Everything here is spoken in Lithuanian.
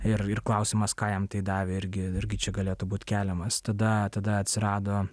ir ir klausimas ką jam tai davė irgi irgi čia galėtų būti keliamas tada tada atsirado